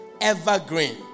evergreen